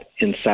inside